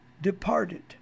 departed